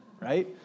right